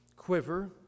quiver